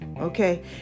Okay